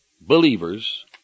believers